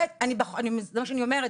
בטח, זה מה שאני אומרת.